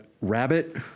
Rabbit